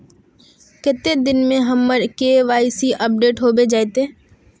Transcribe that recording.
कते दिन में हमर के.वाई.सी अपडेट होबे जयते?